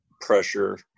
pressure